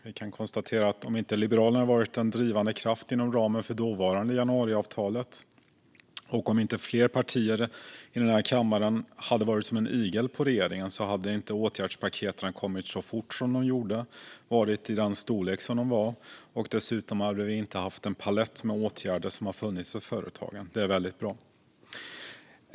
Vi kan konstatera att om inte Liberalerna hade varit en drivande kraft inom ramen för det dåvarande januariavtalet och om inte fler partier i den här kammaren hade varit som en igel på regeringen hade inte åtgärdspaketen kommit så fort som de gjorde och varit i den storlek som de var. Dessutom hade vi inte haft den palett av åtgärder som har funnits för företagen. Detta är väldigt bra.